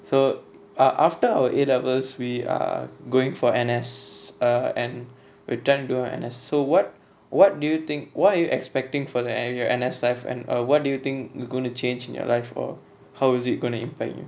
so uh after our A levels we are going for N_S err and time to do our N_S so what what do you think what are you expecting for uh your N_S life and err what do you think going to change in your life or how is it going to impact you